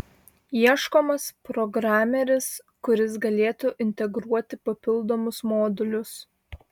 ieškomas programeris kuris galėtų integruoti papildomus modulius